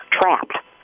trapped